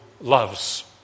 loves